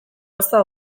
ozta